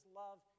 love